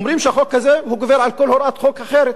אומרים שהחוק הזה גובר על כל הוראת חוק אחרת.